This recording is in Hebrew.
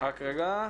תודה רבה.